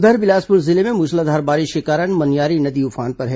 उधर बिलासपुर जिले में मूसलाधार बारिश के कारण मनियारी नदी उफान पर है